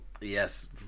yes